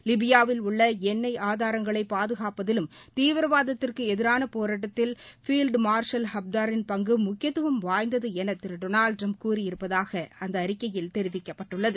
லிபியாவில் உள்ள எண்ணெய் ஆதாரங்களை பாதுகாப்பதிலும் தீவிரவாதத்திற்கு எதிரான போராட்டத்தில் பில்டு மார்சல் ஹப்தாரின் பங்கு முக்கியத்துவம் வாய்ந்தது என திரு டொனால்டு டிரம்ப் கூறியிருப்பதாக அறிக்கையில் தெரிவிக்கப்பட்டுள்ளது